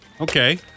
Okay